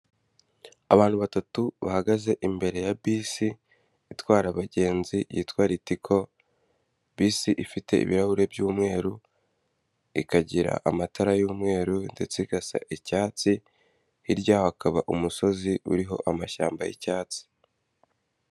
Abantu batatu bahagaze imbere ya bisi itwara abagenzi yitwa litiko bisi ifite ibirahuri by'umweru, ikagira amatara y'umweru ndetse igasa icyatsi hirya hakaba umusozi uriho amashyamba y'icyatsi.